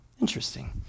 Interesting